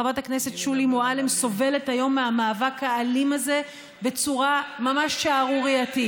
חברת הכנסת שולי מועלם סובלת היום מהמאבק הזה בצורה ממש שערורייתית.